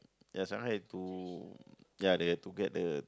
ya Shanghai have to ya they have to get the